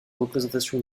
représentation